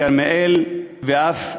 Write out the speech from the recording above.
כרמיאל, ואף נהרייה.